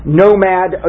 nomad